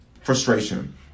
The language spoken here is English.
frustration